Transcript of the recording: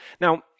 Now